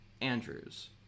Andrews